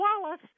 Wallace